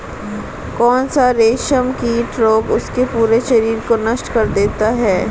कौन सा रेशमकीट रोग उसके पूरे शरीर को नष्ट कर देता है?